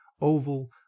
oval